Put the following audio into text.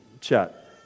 chat